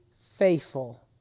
faithful